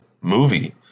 movie